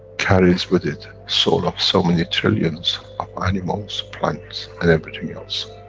carries with it, soul of so many trillions of animals, plants and everything else.